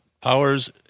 powers